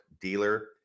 dealer